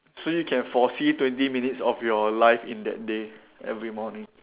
so you can foresee twenty minutes of your life in that day every morning